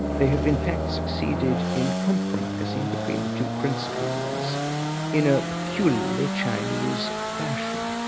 they have in fact succeeded in compromising between the two principles in a peculiarly chinese fashion.